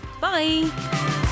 Bye